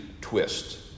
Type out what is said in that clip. twist